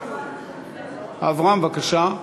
אברהם, בבקשה.